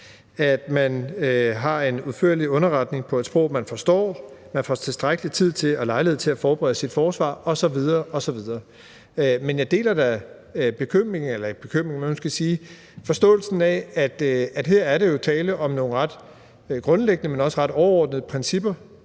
at man har en udførlig underretning på et sprog, man forstår, at man får tilstrækkelig tid og lejlighed til at forberede sit forsvar osv. osv. Men jeg deler da forståelsen af, at der her jo er tale om nogle ret grundlæggende, men også ret overordnede principper,